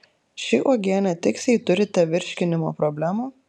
ši uogienė tiks jei turite virškinimo problemų